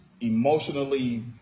emotionally